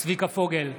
צביקה פוגל,